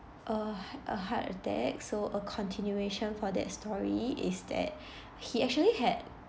uh a heart attack so a continuation for that story is that he actually had